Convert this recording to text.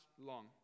long